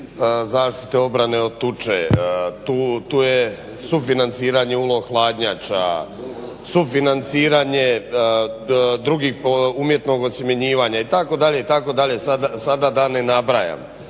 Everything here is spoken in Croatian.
zaštite obrane od tuče. Tu je sufinanciranje ULO hladnjača, sufinanciranje drugih, umjetnog osjemenjivanja itd. itd. sada da ne nabrajam